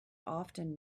often